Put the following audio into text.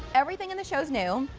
everything in the show is new,